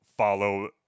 follow